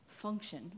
function